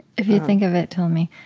if you think of it, tell me.